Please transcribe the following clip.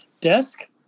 desk